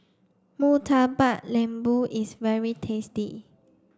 Murtabak Lembu is very tasty